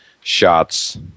shots